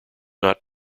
not